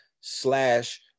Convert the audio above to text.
slash